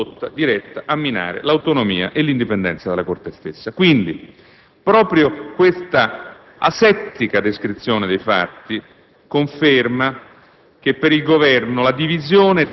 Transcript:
e disapprova ogni condotta diretta a minare l'autonomia e l'indipendenza della Corte stessa. Quindi, proprio questa asettica descrizione dei fatti conferma